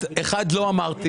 אחד, לא אמרתי.